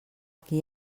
qui